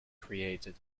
created